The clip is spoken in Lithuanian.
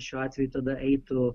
šiuo atveju tada eitų